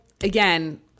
again